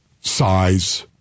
size